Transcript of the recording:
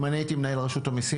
אם אני הייתי מנהל רשות המיסים,